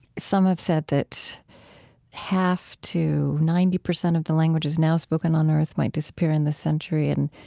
some have said that half to ninety percent of the languages now spoken on earth might disappear in this century and